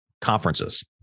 conferences